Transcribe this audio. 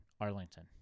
Arlington